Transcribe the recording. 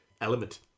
element